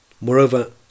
Moreover